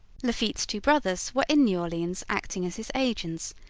lafitte's two brothers were in new orleans acting as his agents,